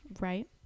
Right